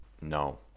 No